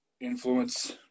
influence